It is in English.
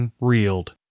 reeled